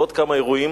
והיו עוד כמה אירועים.